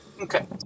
Okay